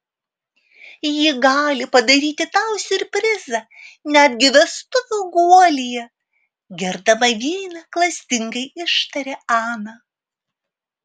ji gali padaryti tau siurprizą netgi vestuvių guolyje gerdama vyną klastingai ištarė ana